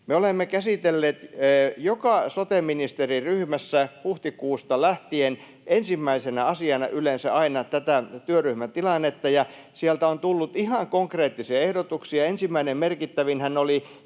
olemme käsitelleet joka sote-ministeriryhmässä huhtikuusta lähtien ensimmäisenä asiana yleensä aina tätä työryhmän tilannetta, ja sieltä on tullut ihan konkreettisia ehdotuksia. Ensimmäinen merkittävinhän oli